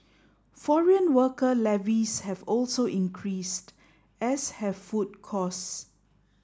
foreign worker levies have also increased as have food costs